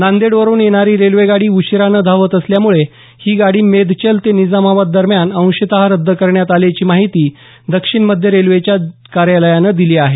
नांदेडवरून येणारी रेल्वे गाडी उशीरानं धावत असल्यामुळे ही गाडी मेदचल ते निजामाबाद दरम्यान अंशत रद्द करण्यात आल्याची माहिती दक्षिण मध्य रेल्वेच्या जनसंपर्क कार्यालयानं दिली आहे